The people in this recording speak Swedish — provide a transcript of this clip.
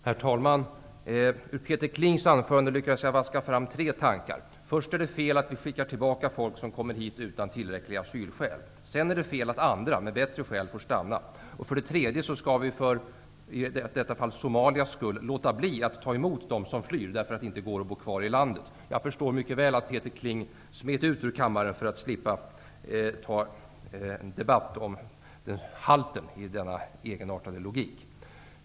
Herr talman! Ur Peter Klings anförande lyckades jag vaska fram tre tankar. För det första är det fel att vi skickar tillbaka folk som kommer hit utan tillräckliga asylskäl. För det andra är det fel att andra, med bättre skäl, får stanna. För det tredje skall vi för, i detta fall, Somalias skull låta bli att ta emot dem som flyr därför att de inte kan bo kvar i landet. Jag förstår mycket väl att Peter Kling smet ut ur kammaren för att slippa ta en debatt om denna egenartade logik.